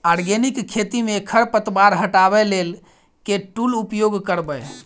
Organic खेती मे खरपतवार हटाबै लेल केँ टूल उपयोग करबै?